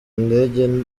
ndege